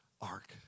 Ark